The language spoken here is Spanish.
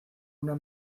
una